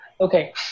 okay